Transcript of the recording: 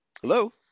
Hello